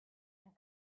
and